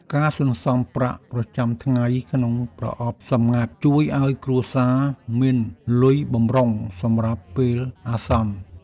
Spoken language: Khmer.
ការសន្សំប្រាក់ប្រចាំថ្ងៃក្នុងប្រអប់សម្ងាត់ ជួយឱ្យគ្រួសារមានលុយបម្រុងសម្រាប់ពេលអាសន្ន។